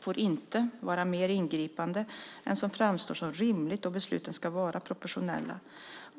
får inte vara mer ingripande än som framstår som rimligt och besluten ska vara proportionella.